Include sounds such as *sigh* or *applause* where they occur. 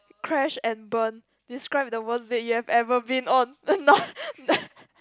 crash and burn describe the word that you have ever been on *laughs*